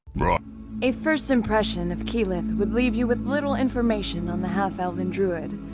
but a first impression of keyleth would leave you with little information on the half-elven druid.